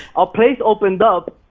a place opened up.